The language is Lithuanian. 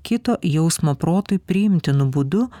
kito jausmo protui priimtinu būdu